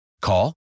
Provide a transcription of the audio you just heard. Call